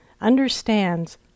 understands